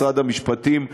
משרד המשפטים,